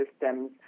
systems